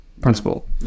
principle